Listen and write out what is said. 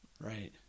Right